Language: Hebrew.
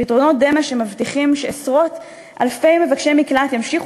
פתרונות דמה שמבטיחים שעשרות-אלפי מבקשי מקלט ימשיכו